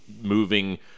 moving